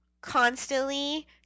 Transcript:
constantly